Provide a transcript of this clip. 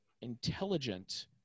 intelligent